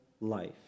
life